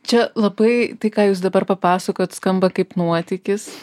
čia labai tai ką jūs dabar papasakojot skamba kaip nuotykis